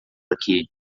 aqui